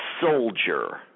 soldier